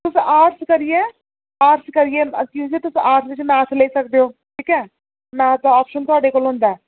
तुस आर्टस करियै आर्टस करियै क्योंकि तुस आर्टस बिच मैथ लेई सकदे ओ ठीक ऐ मैथ दा आप्शन थुआढे कोल होंदा ऐ